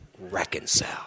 reconcile